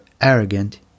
arrogant